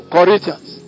Corinthians